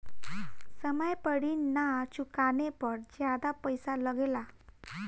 समय पर ऋण ना चुकाने पर ज्यादा पईसा लगेला?